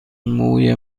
موی